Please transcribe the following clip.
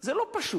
זה לא פשוט.